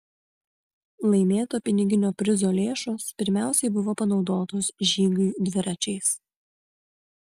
laimėto piniginio prizo lėšos pirmiausiai buvo panaudotos žygiui dviračiais